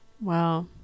wow